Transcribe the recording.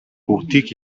бүгдийг